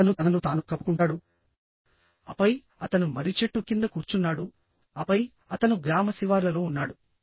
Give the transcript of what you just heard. అతను తనను తాను కప్పుకుంటాడు ఆపై అతను మర్రి చెట్టు కింద కూర్చున్నాడు ఆపై అతను గ్రామ శివార్లలో ఉన్నాడు